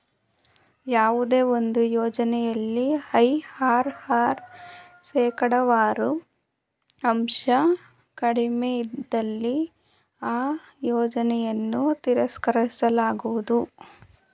ಯಾವುದೇ ಒಂದು ಯೋಜನೆಯಲ್ಲಿ ಐ.ಆರ್.ಆರ್ ಶೇಕಡವಾರು ಅಂಶ ಕಡಿಮೆ ಇದ್ದಲ್ಲಿ ಆ ಯೋಜನೆಯನ್ನು ತಿರಸ್ಕರಿಸಲಾಗುವುದು